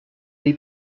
dei